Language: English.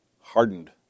Hardened